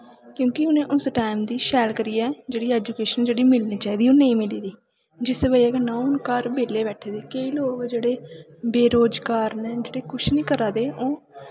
क्योंकि उ'नें उस टाईम दी शैल करियै जेह्ड़ी ऐजुकेशन जेह्ड़ी मिलनी चाहिदी ही ओह् नेईं मिली दी जिस बजह् कन्नै हून घर बैह्ले बैठे दे केईं लोक जेह्ड़े बेरोज़गार न जेह्ड़े कुछ निं करा दे हून